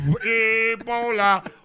Ebola